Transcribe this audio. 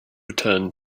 return